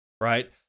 right